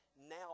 Now